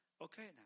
okay